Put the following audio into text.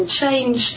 change